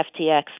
FTX